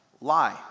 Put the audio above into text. lie